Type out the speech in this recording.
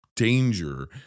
danger